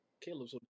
Caleb's